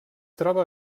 troba